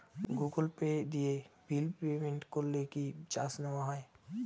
Google Pay দিয়ে bill payment করলে কি চার্জ নেওয়া হয়?